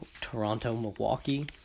Toronto-Milwaukee